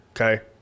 okay